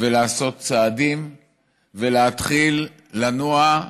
לעשות צעדים ולהתחיל לנוע,